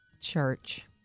Church